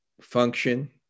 function